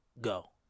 go